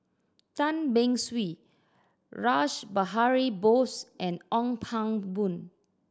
Tan Beng Swee Rash Behari Bose and Ong Pang Boon